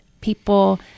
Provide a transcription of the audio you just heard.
people